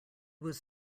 was